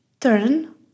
turn